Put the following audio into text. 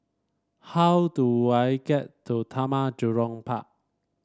how do I get to Taman Jurong Park